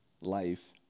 life